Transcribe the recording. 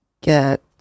get